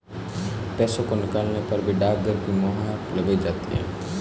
पैसों को निकालने पर भी डाकघर की मोहर लगाई जाती है